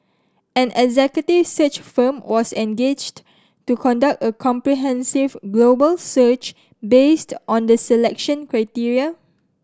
an executive search firm was engaged to conduct a comprehensive global search based on the selection criteria